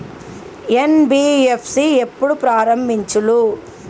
NBFC ఎప్పుడు ప్రారంభించిల్లు?